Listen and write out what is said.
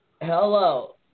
Hello